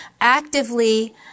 actively